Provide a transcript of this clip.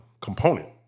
component